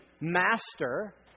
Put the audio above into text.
master